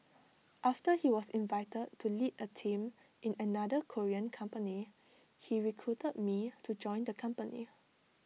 after he was invited to lead A team in another Korean company he recruited me to join the company